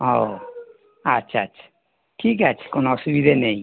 ও আচ্ছা আচ্ছা ঠিক আছে কোনো অসুবিধে নেই